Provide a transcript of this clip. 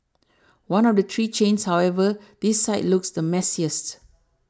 one of the three chains however this site looks the messiest